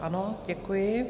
Ano, děkuji.